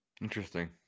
Interesting